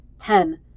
Ten